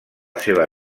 seva